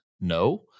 no